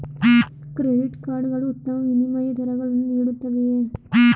Credit card ಗಳು ಉತ್ತಮ ವಿನಿಮಯ ದರಗಳನ್ನು ನೀಡುತ್ತವೆಯೇ?